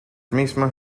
mismas